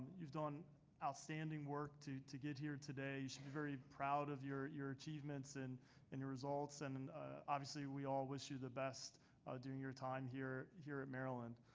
you've done outstanding work to to get here today. you should be very proud of your your achievements and and results. and and obviously we all wish you the best doing your time here here at maryland.